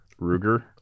Ruger